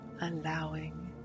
allowing